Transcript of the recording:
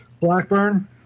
Blackburn